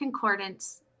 concordance